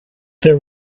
there